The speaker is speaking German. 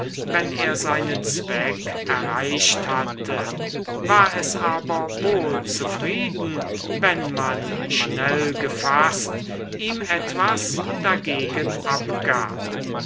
wenn er seinen zweck erreicht hatte war es aber wohl zufrieden wenn man schnell gefaßt ihm etwas dagegen abgab